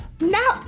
Now